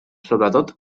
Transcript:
sobretot